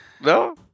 No